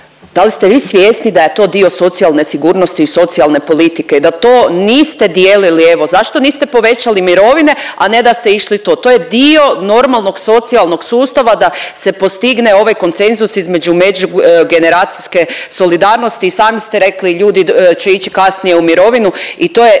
da li ste vi svjesni da je to dio socijalne sigurnosti i socijalne politike i da to niste dijelili, evo zašto niste povećali mirovine, a ne da ste išli u to, to je dio normalnog socijalnog sustava da se postigne ovaj konsenzus između međugeneracijske solidarnosti i sami ste rekli ljudi će ići kasnije u mirovinu i to je